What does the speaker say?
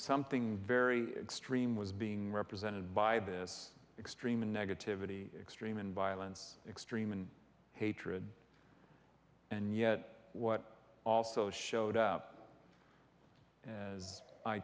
something very extreme was being represented by this extreme negativity extreme and violence extreme and hatred and yet what also showed up as i